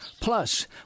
Plus